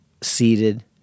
seated